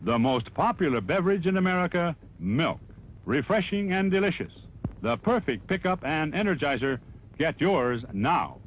the most popular beverage in america milk refreshing and delicious the perfect pick up an energizer get yours now